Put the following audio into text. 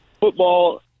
football